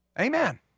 Amen